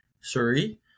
sorry